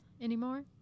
anymore